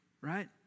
right